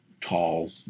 tall